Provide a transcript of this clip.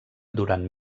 durant